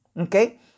okay